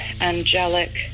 angelic